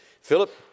Philip